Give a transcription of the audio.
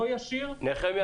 לא ישיר ולא עקיף.